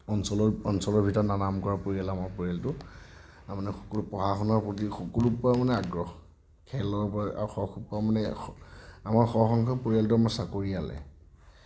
অঞ্চলৰ অঞ্চলৰ ভিতৰত নামকৰা পৰিয়াল আমাৰ পৰিয়ালটো তাৰমানে পঢ়া শুনাৰ প্ৰতি সকলো পৰা মানে আগ্ৰহ খেলৰ পৰা আৰু মানে আমাৰ সৰহ সংখ্যক পৰিয়ালটো মানে চাকৰিয়ালেই